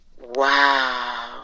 wow